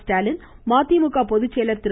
ஸ்டாலின் மதிமுக பொதுச்செயலர் திரு